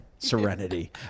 serenity